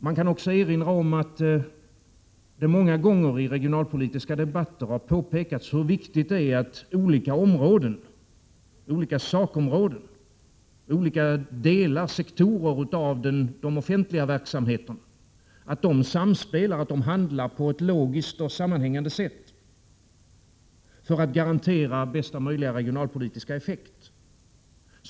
Man kan också erinra om att det många gånger i regionalpolitiska debatter har betonats hur viktigt det är att olika områden, olika sektorer av de offentliga verksamheterna, samspelar och handlar logiskt och sammanhängande för att kunna garantera bästa möjliga regionalpolitiska effekt.